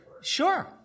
Sure